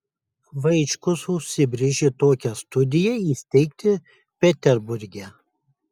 vaičkus užsibrėžė tokią studiją įsteigti peterburge